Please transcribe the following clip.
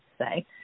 say